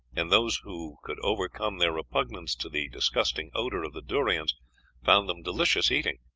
and those who could overcome their repugnance to the disgusting odor of the durians found them delicious eating.